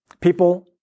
people